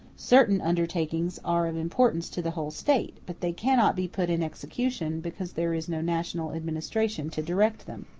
certain undertakings are of importance to the whole state but they cannot be put in execution, because there is no national administration to direct them.